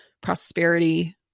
prosperity